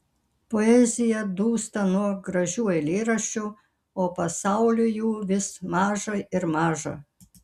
poezija dūsta nuo gražių eilėraščių o pasauliui jų vis maža ir maža